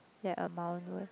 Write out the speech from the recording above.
that amount were